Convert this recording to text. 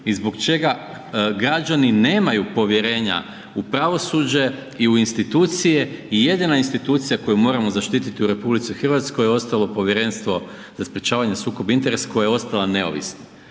i zbog čega građani nemaju povjerenja u pravosuđe i u institucije i jedina institucija koju moramo zaštititi u RH je ostalo Povjerenstvo za sprječavanje sukoba interesa koje je ostalo neovisno.